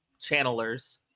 channelers